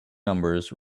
numbers